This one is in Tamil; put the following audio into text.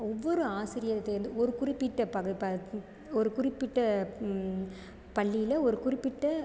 ஒவ்வொரு ஆசிரியர்கிட்டேருந்து ஒரு குறிப்பிட்ட பத பத ஒரு குறிப்பிட்ட பள்ளியில் ஒரு குறிப்பிட்ட